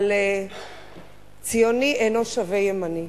אבל ציוני אינו שווה ימני.